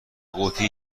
قوطی